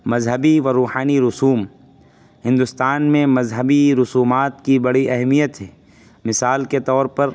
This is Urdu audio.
مذہبی و روحانی رسوم ہندوستان میں مذہبی رسومات کی بڑی اہمیت ہے مثال کے طور پر